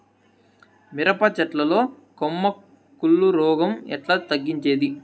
మిరప చెట్ల లో కొమ్మ కుళ్ళు రోగం ఎట్లా తగ్గించేది?